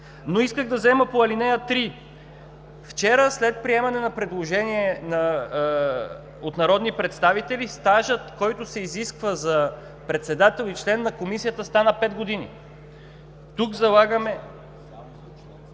Но искам да взема отношение по ал. 3. Вчера, след приемане на предложение от народни представители, стажът, който се изисква за председател и член на Комисията, стана пет години. ДОКЛАДЧИК